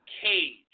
Cage